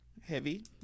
Heavy